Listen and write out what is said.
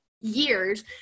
years